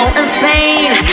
insane